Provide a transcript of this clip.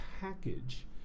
package